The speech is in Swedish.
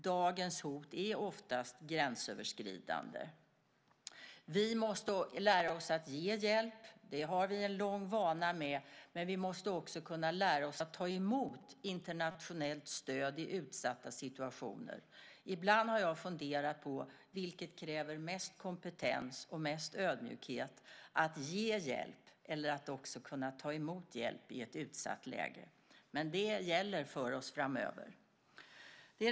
Dagens hot är oftast gränsöverskridande. Vi måste lära oss att ge hjälp. Det har vi lång vana vid. Men vi måste också lära oss att ta emot internationellt stöd i utsatta situationer. Ibland har jag funderat på vilket som kräver mest kompetens och mest ödmjukhet, att ge hjälp eller att kunna ta emot hjälp i ett utsatt läge. Men det gäller för oss framöver.